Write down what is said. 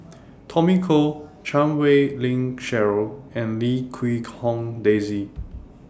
Tommy Koh Chan Wei Ling Cheryl and Lim Quee Hong Daisy